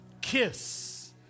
Kiss